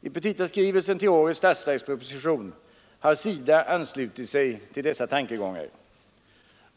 I petitaskrivelsen till årets statsverksproposition har SIDA anslutit sig till dessa tankegångar.